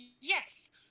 Yes